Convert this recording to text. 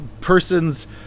person's